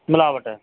ਮਿਲਾਵਟ